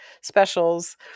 specials